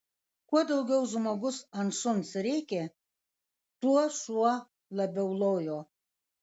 kuo daugiau žmogus ant šuns rėkė tuo šuo labiau lojo